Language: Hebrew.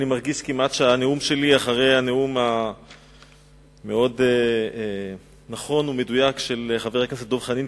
אני מרגיש שאחרי הנאום המאוד נכון ומדויק של חבר הכנסת דב חנין,